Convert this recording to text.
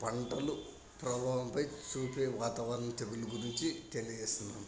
పంటలు ప్రభావం పై చూపే వాతావరణం తెగులు గురించి తెలియచేస్తున్నాను